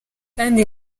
kandi